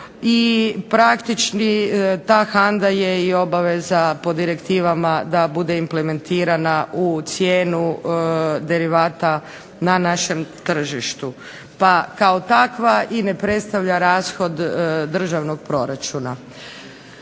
i praktički ta HANDA je i obaveza po direktivama da bude implementirana u cijenu derivata na našem tržištu. Pa kao takva i ne predstavlja rashod državnog proračuna.